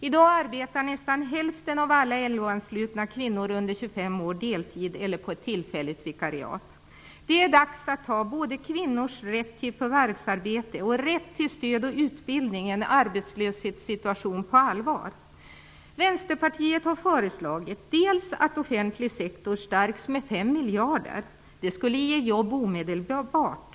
I dag arbetar nästan hälften av alla LO-anslutna kvinnor under 25 år deltid eller har ett tillfälligt vikariat. Det är dags att ta på allvar både kvinnors rätt till förvärvsarbete och rätten till stöd och utbildning i en arbetslöshetssituation. Vi i Vänsterpartiet har föreslagit att den offentliga sektorn stärks med 5 miljarder kronor. Det skulle ge jobb omedelbart.